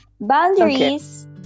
Boundaries